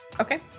Okay